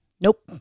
Nope